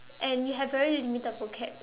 and you have very limited vocab